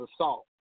assault